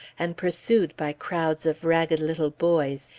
and pursued by crowds of ragged little boys,